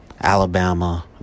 Alabama